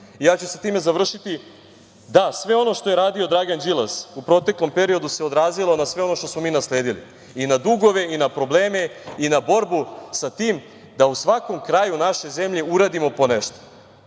Ja ću sa time završiti. Da, sve ono što je radio Dragan Đilas u proteklom periodu se odrazilo na sve ono što smo mi nasledili, i na dugove, i na probleme, i na borbu sa tim da u svakom kraju naše zemlje uradimo ponešto.